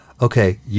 okay